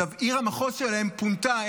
עיר המחוז שלהם פונתה,